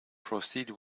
proceed